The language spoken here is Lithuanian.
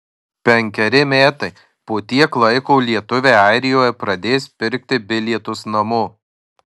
penkeri metai po tiek laiko lietuviai airijoje pradės pirkti bilietus namo